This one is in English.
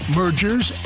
mergers